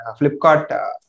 Flipkart